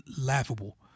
laughable